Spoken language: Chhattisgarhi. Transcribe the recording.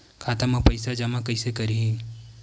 खाता म पईसा जमा कइसे करही?